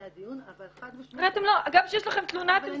הדיון אבל חד משמעית -- גם שיש לכם תלונה אתם